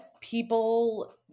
people